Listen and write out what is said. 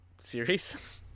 series